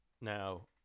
now